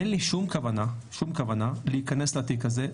אין לי שום כוונה, שום כוונה, להיכנס לתיק הזה.